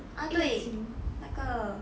啊对那个